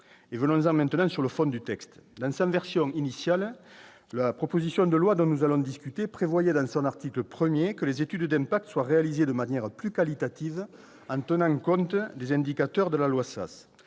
! Venons-en maintenant au fond du texte. Dans sa version initiale, l'article 1 de la proposition de loi dont nous allons discuter prévoyait que les études d'impact soient réalisées de manière plus qualitative, en tenant compte des indicateurs de la loi Sas.